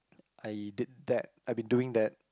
I did that I've been doing that